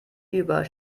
über